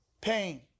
Pain